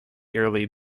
early